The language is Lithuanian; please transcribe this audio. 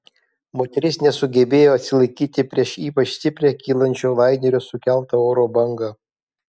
moteris nesugebėjo atsilaikyti prieš ypač stiprią kylančio lainerio sukeltą oro bangą